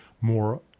more